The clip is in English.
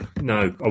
no